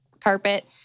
carpet